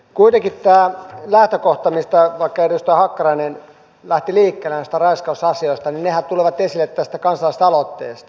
kuitenkin tämä lähtökohta mistä vaikka edustaja hakkarainen lähti liikkeelle nämä raiskausasiat niin nehän tulevat esille tästä kansalaisaloitteesta